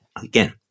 Again